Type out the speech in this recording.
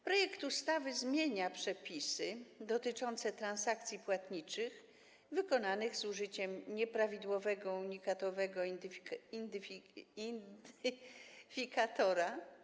Projekt ustawy zmienia przepisy dotyczące transakcji płatniczych wykonanych z użyciem nieprawidłowego unikatowego identyfikatora.